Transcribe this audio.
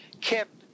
kept